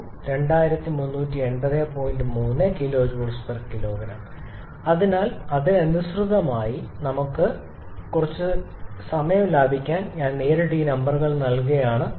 3 𝑘𝐽 kg അതിനാൽ അതിനനുസൃതമായി നമുക്ക് ഉണ്ട് കുറച്ച് സമയം ലാഭിക്കാൻ ഞാൻ നേരിട്ട് നമ്പറുകൾ ശ്രദ്ധിക്കുകയാണ്